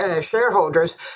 shareholders